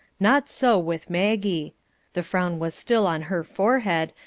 not so with maggie the frown was still on her forehead,